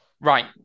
right